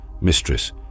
mistress